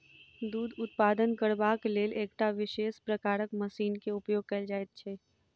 दूध उत्पादन करबाक लेल एकटा विशेष प्रकारक मशीन के उपयोग कयल जाइत छै